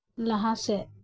ᱞᱟᱦᱟ ᱥᱮᱫ